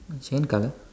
same colour